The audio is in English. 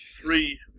three